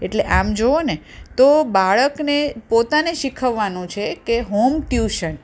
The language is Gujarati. એટલે આમ જુઓ ને તો બાળકને પોતાને શીખવવાનું છે કે હોમ ટયૂશન